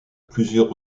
plusieurs